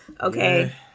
Okay